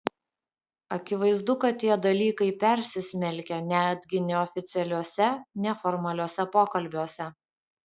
akivaizdu kad tie dalykai persismelkia netgi neoficialiuose neformaliuose pokalbiuose